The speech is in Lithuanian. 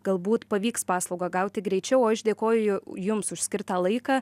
galbūt pavyks paslaugą gauti greičiau o aš dėkoju jums už skirtą laiką